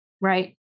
Right